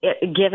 given